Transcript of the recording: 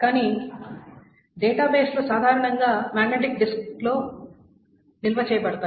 కానీ డేటాబేస్లు సాధారణంగా మాగ్నెటిక్ డిస్క్లో నిల్వ చేయబడతాయి